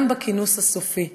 וגם בכינוס הסופי,